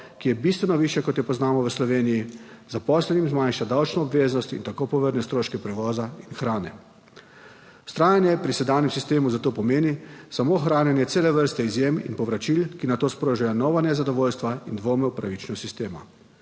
ki je bistveno višja, kot jo poznamo v Sloveniji, zaposlenim zmanjša davčno obveznost in tako povrne stroške prevoza in hrane. Vztrajanje pri sedanjem sistemu za to pomeni samo ohranjanje cele vrste izjem in povračil, ki na to sprožajo nova nezadovoljstva in dvome v pravičnost sistema.